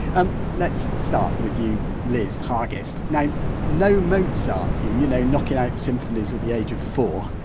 um let's start with you liz hargest. now no mozart you, you know knocking out symphonies at the age of four,